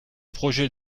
projet